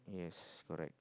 yes correct